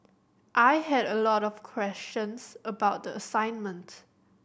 I had a lot of questions about the assignment